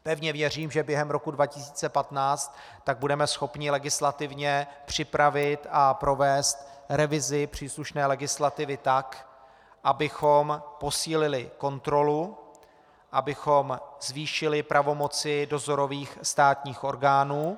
Pevně věřím, že během roku 2015 tak budeme schopni legislativně připravit a provést revizi příslušné legislativy tak, abychom posílili kontrolu, abychom zvýšili pravomoci dozorových státních orgánů.